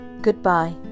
Goodbye